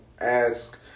ask